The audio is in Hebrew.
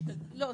לא,